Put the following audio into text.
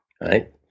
right